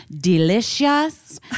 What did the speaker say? delicious